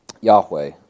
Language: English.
Yahweh